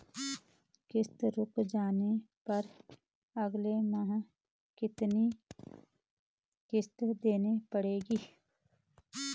किश्त रुक जाने पर अगले माह कितनी किश्त देनी पड़ेगी?